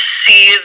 see